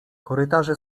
korytarze